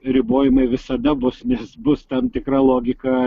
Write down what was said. ribojimai visada bus nes bus tam tikra logika